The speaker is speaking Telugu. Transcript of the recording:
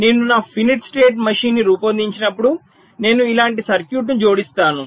నేను నా ఫినిట్ స్టేట్ మెషిన్ ని రూపొందించినప్పుడు నేను ఇలాంటి సర్క్యూట్ను జోడిస్తాను